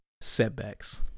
setbacks